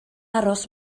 aros